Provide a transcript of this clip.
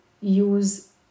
use